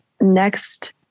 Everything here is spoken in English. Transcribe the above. next